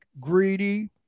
greedy